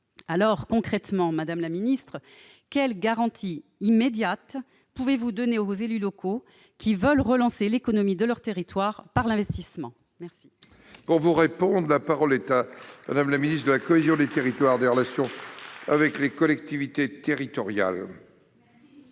Alors, concrètement, madame la ministre, quelles garanties immédiates pouvez-vous donner aux élus locaux qui veulent relancer l'économie de leurs territoires par l'investissement ? La parole est à Mme la ministre de la cohésion des territoires et des relations avec les collectivités territoriales.